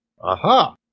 Aha